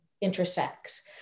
intersects